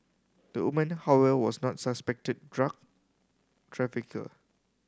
the woman however was not the suspected drug trafficker